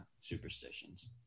superstitions